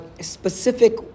specific